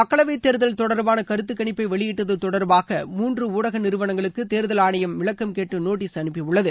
மக்களவை தேர்தல் தொடர்பான கருத்து கணிப்பை வெளியிட்டது தொடர்பாக மூன்று ஊடக நிறுவனங்களுக்கு தேர்தல் ஆணையம் விளக்கம் கேட்டு நோட்டீஸ் அனுப்பியுள்ளது